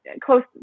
close